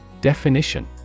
Definition